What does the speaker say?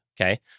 Okay